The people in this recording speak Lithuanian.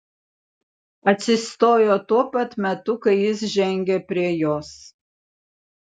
atsistojo tuo pat metu kai jis žengė prie jos